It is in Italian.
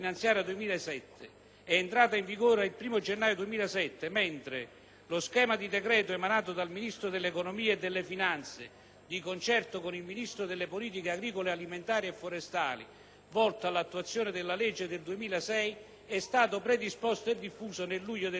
è entrata in vigore il 1° gennaio 2007, mentre lo schema di decreto emanato dal Ministro dell'economia e delle finanze, di concerto con il Ministro delle politiche agricole alimentari e forestali, volto all'attuazione della legge n. 296 del 2006, è stato predisposto e diffuso nel luglio del 2007.